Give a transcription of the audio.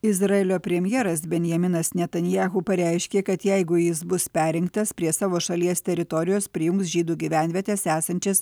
izraelio premjeras benjaminas netanjahu pareiškė kad jeigu jis bus perrinktas prie savo šalies teritorijos priims žydų gyvenvietes esančias